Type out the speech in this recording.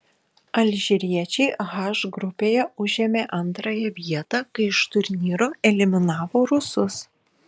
alžyriečiai h grupėje užėmė antrąją vietą kai iš turnyro eliminavo rusus